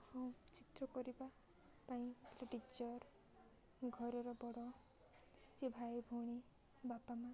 ହଁ ଚିତ୍ର କରିବା ପାଇଁ ଗୋଟେ ଟିଚର୍ ଘରର ବଡ଼ ଯେ ଭାଇ ଭଉଣୀ ବାପା ମାଆ